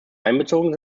einbezogen